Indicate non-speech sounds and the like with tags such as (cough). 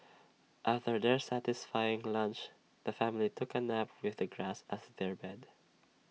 (noise) after their satisfying lunch the family took A nap with the grass as their bed